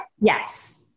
Yes